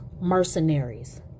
mercenaries